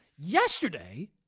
Yesterday